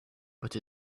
but